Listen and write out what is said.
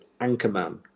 Anchorman